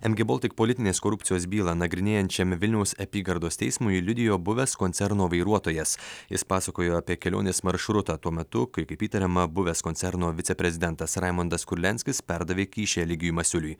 mg baltic politinės korupcijos bylą nagrinėjančiam vilniaus apygardos teismui liudijo buvęs koncerno vairuotojas jis pasakojo apie kelionės maršrutą tuo metu kai kaip įtariama buvęs koncerno viceprezidentas raimundas kurlianskis perdavė kyšį eligijui masiuliui